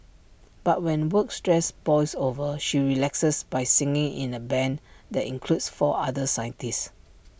but when work stress boils over she relaxes by singing in the Band that includes four other scientists